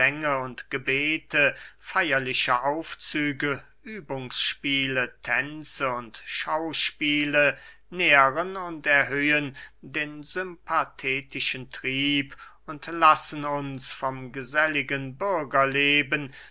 und gebete feyerliche aufzüge übungsspiele tänze und schauspiele nähren und erhöhen den sympathetischen trieb und lassen uns vom geselligen bürgerleben